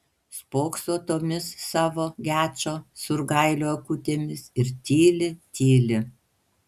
spokso tomis savo gečo surgailio akutėmis ir tyli tyli